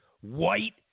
white